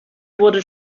wurde